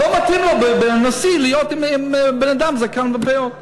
לא מתאים לו להיות אצל הנשיא עם בן-אדם עם זקן ופאות.